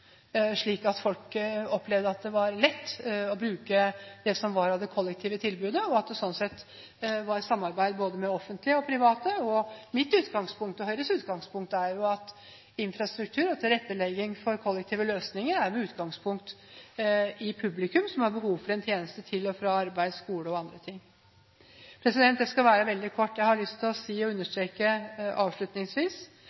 slik at folk opplevde at det var lett å bruke det som var kollektivtilbudet – at det sånn sett var samarbeid mellom offentlige og private. Mitt, og Høyres, utgangspunkt er jo at infrastruktur og tilrettelegging for kollektive løsninger har sitt utgangspunkt i publikum med behov for transporttjenester til og fra arbeid, skole og annet. Jeg skal være veldig kort: Jeg har avslutningsvis lyst til å